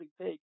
take